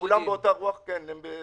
כולן באותה רוח בנושא